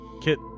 Kit